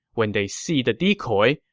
when they see the decoy,